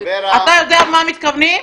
אתה יודע מה מתכוונים?